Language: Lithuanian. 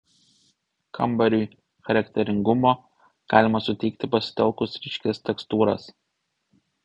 kambariui charakteringumo galima suteikti pasitelkus ryškias tekstūras